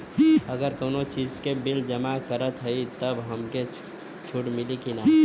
अगर कउनो चीज़ के बिल जमा करत हई तब हमके छूट मिली कि ना?